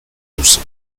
duzu